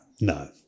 no